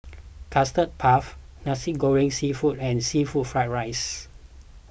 Custard Puff Nasi Goreng Seafood and Seafood Fried Rice